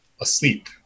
asleep